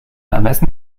ermessen